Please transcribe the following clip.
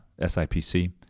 SIPC